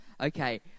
Okay